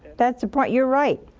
that's the point. you're right!